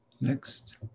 Next